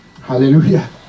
Hallelujah